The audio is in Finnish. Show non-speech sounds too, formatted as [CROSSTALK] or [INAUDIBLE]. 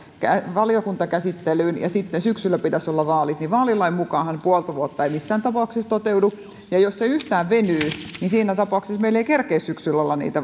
valiokuntakäsittelyyn ja sitten syksyllä pitäisi olla vaalit niin vaalilain mukaanhan puoli vuotta ei missään tapauksessa toteudu ja jos se yhtään venyy niin siinä tapauksessa meillä ei kerkeä syksyllä olla niitä [UNINTELLIGIBLE]